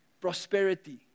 Prosperity